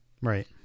Right